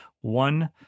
one